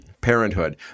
parenthood